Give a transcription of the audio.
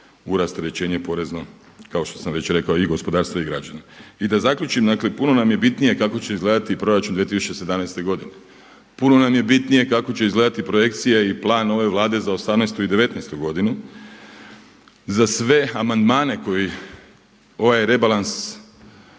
u rasterećenje porezno kao što sam već rekao i gospodarstva i građana. I da zaključim. Dakle, puno nam je bitnije kako će izgledati proračun 2017. godine. Puno nam je bitnije kako će izgledati projekcija i plan ove Vlade za osamnaestu i devetnaestu godinu. Za sve amandmane koji ovaj rebalans